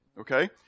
okay